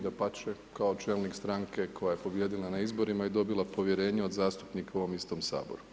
Dapače, kao čelnik stranke koja je pobijedila na izborima i dobila povjerenje od zastupnika u ovom istom Saboru.